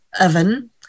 oven